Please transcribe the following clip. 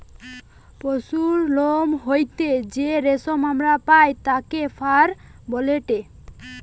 পশুর লোম হইতে যেই রেশম আমরা পাই তাকে ফার বলেটে